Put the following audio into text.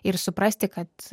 ir suprasti kad